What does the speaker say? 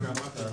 בסדר גמור.